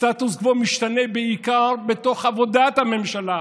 סטטוס קוו משתנה בעיקר בתוך עבודת הממשלה,